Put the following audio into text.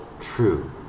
true